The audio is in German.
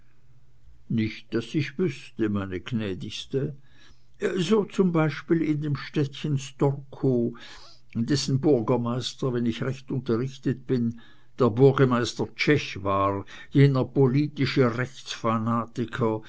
nicht daß ich wüßte meine gnädigste so zum beispiel in dem städtchen storkow dessen burgemeister wenn ich recht unterrichtet bin der burgemeister tschech war jener politische